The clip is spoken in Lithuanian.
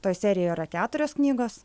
toj serijoj yra keturios knygos